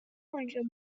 hundred